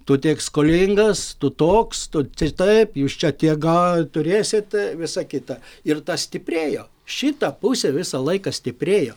tu tiek skolingas tu toks tu čia taip jūs čia tiek ga turėsit visa kita ir tas stiprėjo šita pusė visą laiką stiprėjo